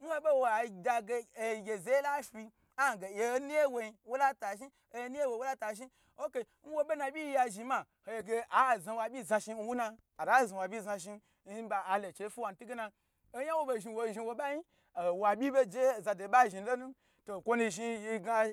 In ho bo wa adage ye zete lafi gye onu ye woyin wala tashi ok nhobo nabi ya zhi maho bgye ge ah zawo be za shni yi wuna ta znawa byi zna ato chei fuwan ntu gena oyan wo bo zhni wo zhni wo bayi owa byi ba beje zada ba zhni lonu okwo nu zhni